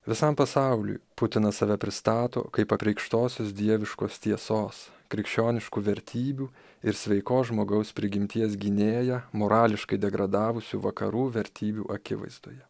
visam pasauliui putinas save pristato kaip apreikštosios dieviškos tiesos krikščioniškų vertybių ir sveikos žmogaus prigimties gynėją morališkai degradavusių vakarų vertybių akivaizdoje